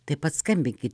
taip paskambinkit